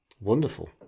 Wonderful